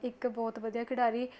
ਇੱਕ ਬਹੁਤ ਵਧੀਆ ਖਿਡਾਰੀ